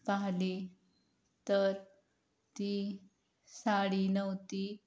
पाहिली तर ती साडी नव्हती